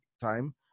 time